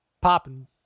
popping